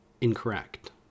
incorrect